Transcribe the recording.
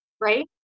right